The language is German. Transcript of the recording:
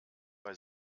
bei